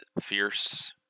fierce